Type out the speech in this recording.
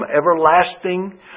everlasting